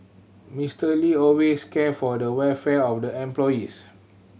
Mister Lee always cared for the welfare of the employees